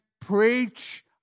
preach